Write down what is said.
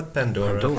Pandora